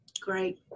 Great